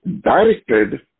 directed